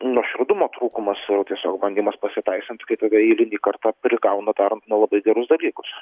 nuoširdumo trūkumas jau tiesiog bandymas pasiteisint kaip tada eilinį kartą prigauna darant nelabai gerus dalykus